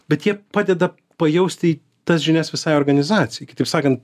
bet jie padeda pajausti tas žinias visai organizacijai kitaip sakant